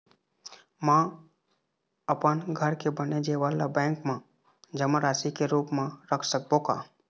म अपन घर के बने जेवर ला बैंक म जमा राशि के रूप म रख सकबो का?